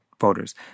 voters